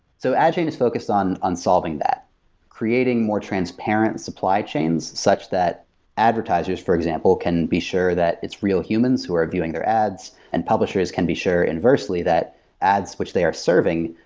so is focused on on solving that creating more transparent supply chains such that advertisers, for example, can be sure that its real humans who are viewing their ads and publishers can be sure inversely that ads which they are serving,